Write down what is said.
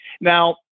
Now